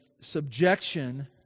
subjection